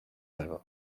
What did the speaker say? rêve